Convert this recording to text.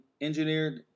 engineered